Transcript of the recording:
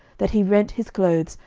that he rent his clothes,